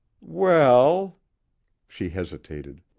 well she hesitated.